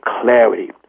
clarity